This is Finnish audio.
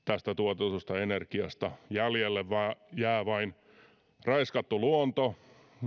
tästä tuotetusta energiasta jäljelle jää vain raiskattu luonto